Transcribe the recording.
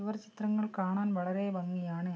ചുവർ ചിത്രങ്ങൾ കാണാൻ വളരെ ഭംഗിയാണ്